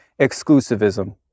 exclusivism